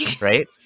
right